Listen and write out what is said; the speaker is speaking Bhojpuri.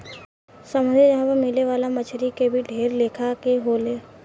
समुंद्री जगह पर मिले वाला मछली के भी ढेर लेखा के होले